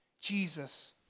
Jesus